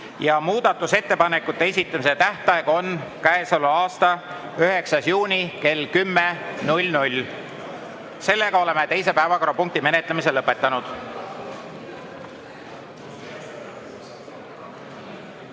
ja muudatusettepanekute esitamise tähtaeg on käesoleva aasta 9. juuni kell 10. Oleme teise päevakorrapunkti menetlemise lõpetanud.